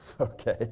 okay